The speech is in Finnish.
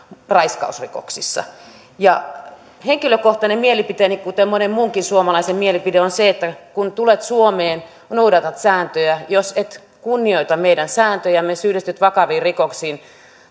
raiskausrikoksissa henkilökohtainen mielipiteeni kuten monen muunkin suomalaisen mielipide on se että kun tulet suomeen noudatat sääntöjä jos et kunnioita meidän sääntöjämme syyllistyt vakaviin rikoksiin